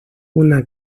una